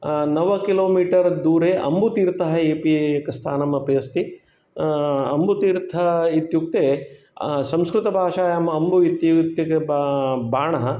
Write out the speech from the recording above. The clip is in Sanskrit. नव किलो मीटर् दूरे अम्बुतीर्थम् अपि एक स्थानम् अपि अस्ति अम्बुतीर्थ इत्युक्ते संस्कृतभाषायां अम्बु इत्युक्ते बा बाणः